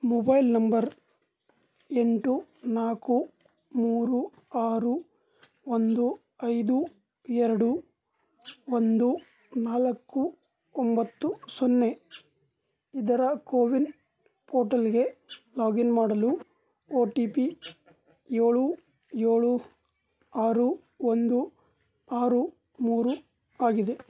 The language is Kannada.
ಮೊಬೈಲ್ ನಂಬರ್ ಎಂಟು ನಾಲ್ಕು ಮೂರು ಆರು ಒಂದು ಐದು ಎರಡು ಒಂದು ನಾಲ್ಕು ಒಂಬತ್ತು ಸೊನ್ನೆ ಇದರ ಕೋವಿನ್ ಪೋರ್ಟಲಿಗೆ ಲಾಗಿನ್ ಮಾಡಲು ಓ ಟಿ ಪಿ ಏಳು ಏಳು ಆರು ಒಂದು ಆರು ಮೂರು ಆಗಿದೆ